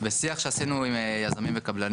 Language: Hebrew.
שמגיע יום אחד,